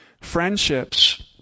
Friendships